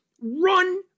run